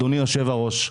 אדוני יושב-הראש,